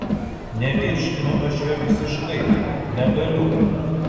nevirškinu aš jo visiškai negaliu